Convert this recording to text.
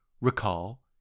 Recall